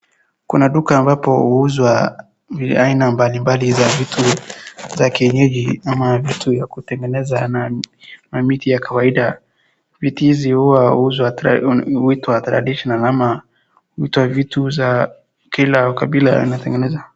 Kuna duka ambapo uuzwa haina mbalimbali za vitu za kienyeji ama vitu ya kutengeneza na miti ya kawaida ,miti izi huwa huitwa traditional ama huitwa vitu za kila kabila inatengeneza.